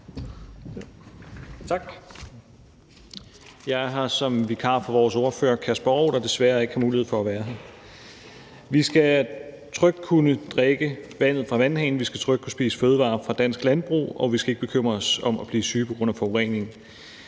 (S): Jeg er her som vikar for vores ordfører, Kasper Roug, der desværre ikke har mulighed for at være her. Vi skal trygt kunne drikke vandet fra vandhanen, vi skal trygt kunne spise fødevarer fra dansk landbrug, og vi skal ikke bekymre os om at blive syge på grund af forurening.